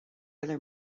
other